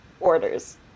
orders